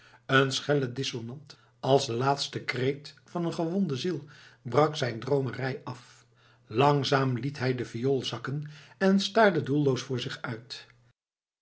een schelle dissonant als de laatste kreet van een gewonde ziel brak zijn droomerij af langzaam liet hij de viool zakken en staarde doelloos voor zich uit